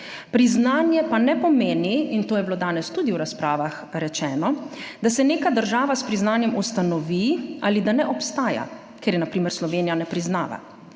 Priznanje pa ne pomeni, in to je bilo danes tudi v razpravah rečeno, da se neka država s priznanjem ustanovi ali da ne obstaja, ker je na primer Slovenija ne priznava;